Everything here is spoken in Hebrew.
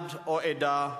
מעמד או עדה,